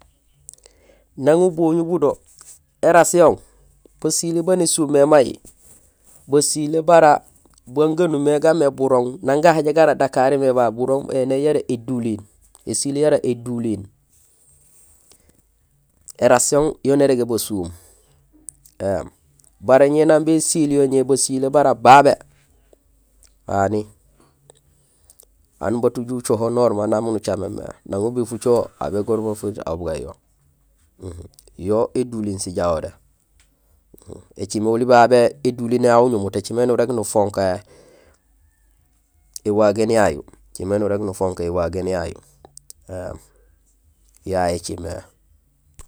Nang uboñul budo érasihon, basilé baan ésuum mé may, basilé bara bugaan gaan umimé gaamé burong nang gahaja gara Dakar mé babu burong bara éduliin, ésiil yara éduliin. Ērasihon yo nérégé basuum, baré nang bésiil yo basilé bara babé, hani, aan bat uju ucoho normal nang miin ucaméén mé. Nang ubil fucoho aw bégoor ma fariit aw bugayuho. Yo éduliin sijahoré; écimé oli babé éduliin yayu uñumut, écimé nurég nufonkayé éwagéén yayu, yayé écimé